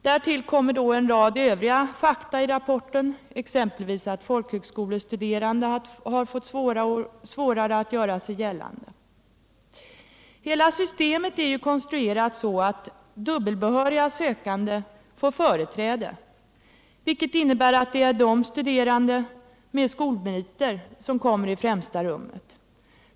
Därtill kommer en rad övriga fakta i rapporten, exempelvis att folkhögskolestuderande har fått svårare att göra sig gällande. Hela systemet är konstruerat så, att dubbelbehöriga sökande får företräde, vilket innebär att det är studerande med skolmeriter som kommer i främsta rummet.